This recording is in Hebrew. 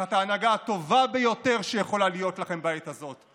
תחת ההנהגה הטובה ביותר שיכולה להיות לכם בעת הזאת,